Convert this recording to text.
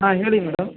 ಹಾಂ ಹೇಳಿ ಮೇಡಮ್